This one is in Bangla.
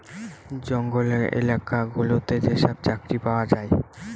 জঙ্গলের এলাকা গুলোতে যেসব চাকরি পাওয়া যায়